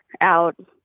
out